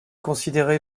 considérée